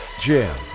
Jim